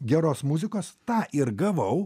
geros muzikos tą ir gavau